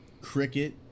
cricket